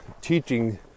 teaching